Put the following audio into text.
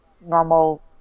normal